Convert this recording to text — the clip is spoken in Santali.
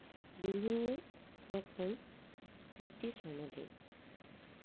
ᱵᱤᱵᱷᱤᱱᱱᱚ ᱨᱚᱠᱚᱢ ᱥᱨᱤᱛᱤ ᱥᱚᱢᱟᱫᱷᱤ